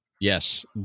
Yes